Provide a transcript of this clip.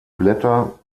blätter